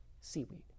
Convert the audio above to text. seaweed